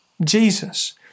Jesus